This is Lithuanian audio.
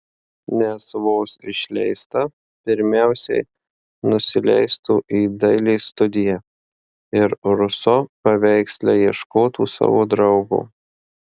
nes vos išleista pirmiausiai nusileistų į dailės studiją ir ruso paveiksle ieškotų savo draugo